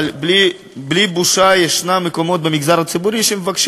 אבל יש מקומות במגזר הציבורי שבלי בושה מבקשים